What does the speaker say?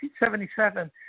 1977